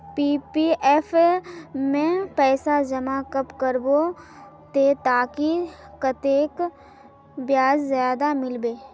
PPF में पैसा जमा कब करबो ते ताकि कतेक ब्याज ज्यादा मिलबे?